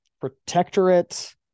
Protectorate